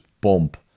bump